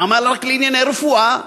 למה רק ענייני רפואה?